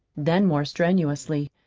then more strenuously.